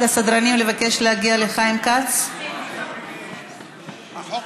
ההסתייגות (1) של חברי הכנסת יעל גרמן,